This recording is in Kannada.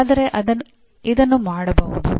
ಆದರೆ ಇದನ್ನು ಮಾಡಬಹುದು